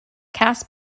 cast